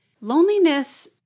Loneliness